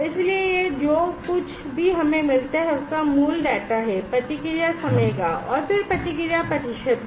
इसलिए यह जो कुछ भी हमें मिलता है उसका मूल डेटा है प्रतिक्रिया समय का फिर प्रतिक्रिया प्रतिशत का